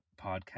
podcast